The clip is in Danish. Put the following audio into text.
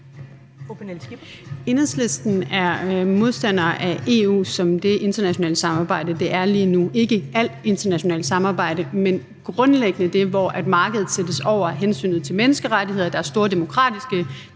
Pernille Skipper (EL): Enhedslisten er modstander af EU som det internationale samarbejde, det er lige nu – ikke af alt internationalt samarbejde, men grundlæggende af det, hvor markedet sættes over hensynet til menneskerettigheder, og i forhold til